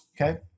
Okay